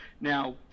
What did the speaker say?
Now